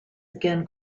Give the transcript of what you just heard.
again